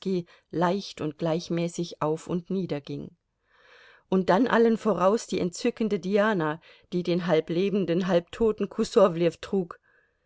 leicht und gleichmäßig auf und nieder ging und dann allen voraus die entzückende diana die den halb lebenden halb toten kusowlew trug